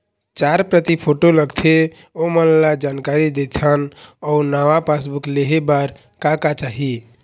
चार प्रति फोटो लगथे ओमन ला जानकारी देथन अऊ नावा पासबुक लेहे बार का का चाही?